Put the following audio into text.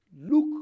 Look